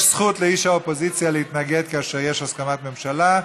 יש זכות לאיש האופוזיציה להתנגד כאשר יש הסכמת ממשלה,